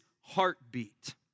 heartbeat